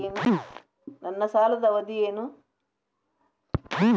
ನನ್ನ ಸಾಲದ ಅವಧಿ ಏನು?